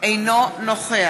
אינו נוכח